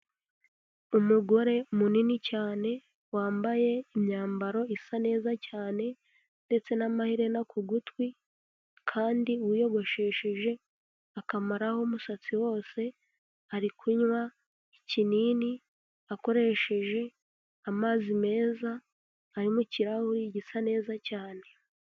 Umugore munini cyane wambaye imyambaro isa neza cyane ndetse n'amaherena ku gutwi kandi wiyogoshesheje akamaraho umusatsi wose, ari kunywa ikinini akoresheje amazi meza ari mu kirahuri gisa neza cyane.